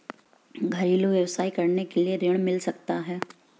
घरेलू व्यवसाय करने के लिए ऋण मिल सकता है?